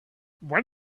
what